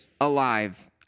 alive